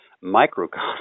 microcosm